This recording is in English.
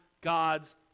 God's